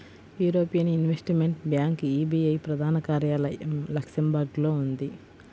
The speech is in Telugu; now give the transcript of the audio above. యూరోపియన్ ఇన్వెస్టిమెంట్ బ్యాంక్ ఈఐబీ ప్రధాన కార్యాలయం లక్సెంబర్గ్లో ఉంది